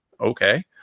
Okay